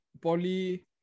poly